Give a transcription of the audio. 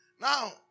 Now